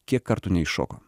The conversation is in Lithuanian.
kiek kartų neiššoko